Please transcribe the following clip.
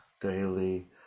daily